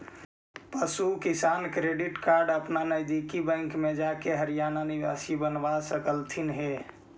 पशु Kisan credit card अपन नजदीकी बैंक में जाके हरियाणा निवासी बनवा सकलथीन हे